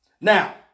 Now